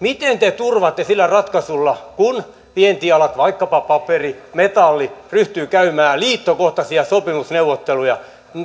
miten te turvaatte sillä ratkaisulla palkkakehityksen kun vientialat vaikkapa paperi metalli ryhtyvät käymään liittokohtaisia sopimusneuvotteluja